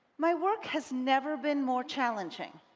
my work has never been more challenging.